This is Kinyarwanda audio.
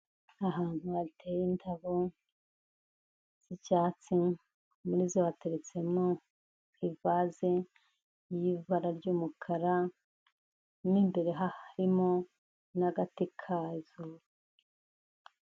Ahantu hateye indabo z'icyatsi, muri zo hateretsemo ivaze y'ibara ry'umukara, mo imbere harimo n'agati kazo.